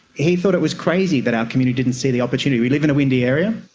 he thought it was crazy that our community didn't see the opportunity. we live in a windy area.